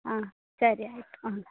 ಹಾಂ ಸರಿ ಆಯ್ತು ಹಾಂ